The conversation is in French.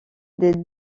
des